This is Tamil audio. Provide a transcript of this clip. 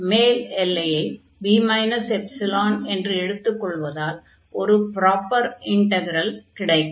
மேல் எல்லையை b ε என்று எடுத்துக் கொள்வதால் ஒரு ப்ராப்பர் இன்டக்ரல் கிடைக்கும்